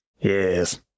Yes